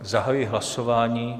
Zahajuji hlasování.